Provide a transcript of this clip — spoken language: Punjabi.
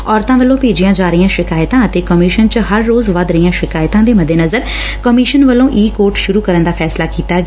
ਔਰਤਾਂ ਵੱਲੋਂ ਭੇਜੀਆਂ ਜਾ ਰਹੀਆਂ ਸ਼ਿਕਾਇਤਾਂ ਅਤੇ ਕਮਿਸ਼ਨ ਚ ਹਰ ਰੋਜ਼ ਵੱਧ ਰਹੀਆਂ ਸ਼ਿਕਾਇਤਾਂ ਦੇ ਮੱਦੇਨਜ਼ਰ ਕਮਿਸ਼ਨ ਵੱਲੋਂ ਈ ਕੋਰਟ ਸ਼ੁਰੁ ਕਰਨ ਦਾ ਫੈਸਲਾ ਕੀਤਾ ਗਿਐ